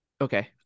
Okay